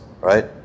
right